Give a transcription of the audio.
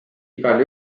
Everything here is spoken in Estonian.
igal